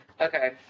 Okay